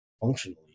functionally